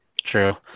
True